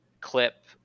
clip